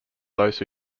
those